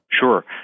Sure